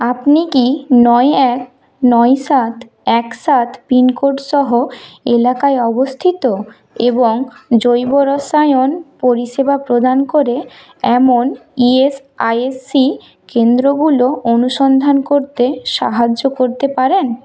আপনি কি নয় এক নয় সাত এক সাত পিনকোড সহ এলাকায় অবস্থিত এবং জৈব রসায়ন পরিষেবা প্রদান করে এমন ইএসআইএসি কেন্দ্রগুলো অনুসন্ধান করতে সাহায্য করতে পারেন